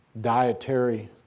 dietary